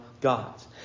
God's